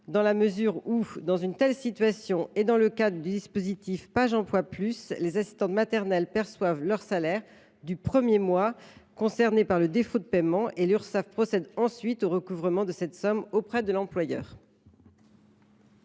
dans la mesure où, dans une telle situation et dans le cadre du dispositif Pajemploi+, les assistantes maternelles perçoivent leur salaire du premier mois concerné par le défaut de paiement et l’Urssaf procède ensuite au recouvrement de cette somme auprès de l’employeur.